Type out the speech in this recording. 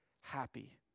happy